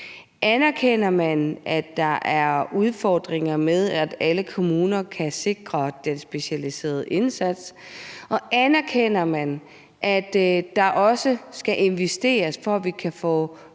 Anerkender man, at der er udfordringer med, at alle kommuner kan sikre den specialiserede indsats? Og anerkender man, at der også skal investeres, for at vi kan få